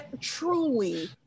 truly